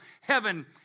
heaven